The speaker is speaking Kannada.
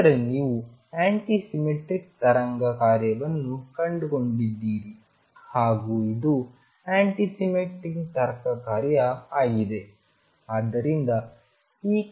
ನಂತರ ನೀವು ಆ್ಯಂಟಿಸಿಮ್ಮೆಟ್ರಿಕ್ ತರಂಗ ಕಾರ್ಯವನ್ನು ಕಂಡುಕೊಂಡಿದ್ದೀರಿ ಹಾಗೂ ಇದು ಆ್ಯಂಟಿಸಿಮ್ಮೆಟ್ರಿಕ್ ತರಂಗ ಕಾರ್ಯ ಆಗಿದೆ